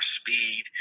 speed